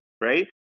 right